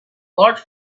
large